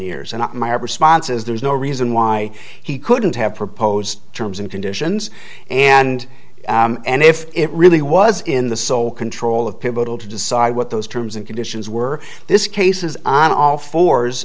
years and my response is there's no reason why he couldn't have proposed terms and conditions and and if it really was in the sole control of pivotal to decide what those terms and conditions were this case is on all fours